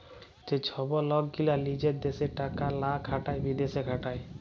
যে ছব লক গীলা লিজের দ্যাশে টাকা লা খাটায় বিদ্যাশে খাটায়